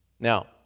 Now